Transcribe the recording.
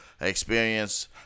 experience